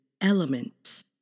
elements